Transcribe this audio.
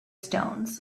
stones